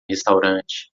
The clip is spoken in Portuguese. restaurante